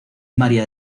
maría